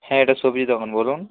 হ্যাঁ এটা সবজি দোকান বলুন